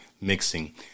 mixing